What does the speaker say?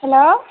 hello